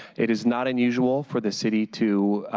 it is not unusual for the city to